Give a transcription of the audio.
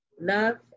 love